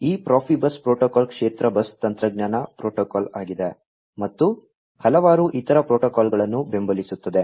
ಈ Profibus protocol ಕ್ಷೇತ್ರ bus ತಂತ್ರಜ್ಞಾನ ಪ್ರೋಟೋಕಾಲ್ ಆಗಿದೆ ಮತ್ತು ಹಲವಾರು ಇತರ ಪ್ರೋಟೋಕಾಲ್ಗಳನ್ನು ಬೆಂಬಲಿಸುತ್ತದೆ